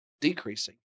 decreasing